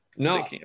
No